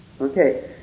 Okay